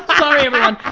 sorry everyone!